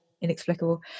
inexplicable